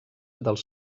dels